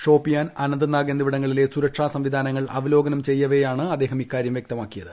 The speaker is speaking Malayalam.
ഷോപ്പിയാൻ അനന്തനാഗ് എന്നിവിടങ്ങളിലെ സുരക്ഷാ സംവിധാനങ്ങൾ അവലോകനം ചെയ്യവെയാണ് അദ്ദേഹം ഇക്കാര്യം വ്യക്തമാക്കിയത്